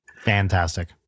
Fantastic